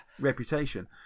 reputation